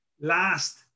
last